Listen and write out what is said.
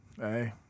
Hey